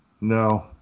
no